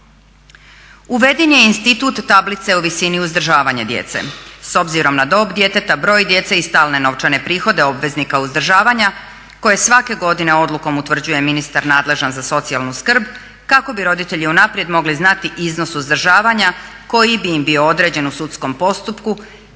Uveden je institut tablice u visini uzdržavanja djece s obzirom na dob djeteta, broj djece i stalne novčane prihode obveznika uzdržavanja koje svake godine odlukom utvrđuje ministar nadležan za socijalnu skrb kako bi roditelji unaprijed mogli znati iznos uzdržavanja koji bi im bio određen u sudskom postupku